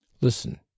listen